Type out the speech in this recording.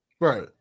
Right